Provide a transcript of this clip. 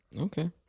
Okay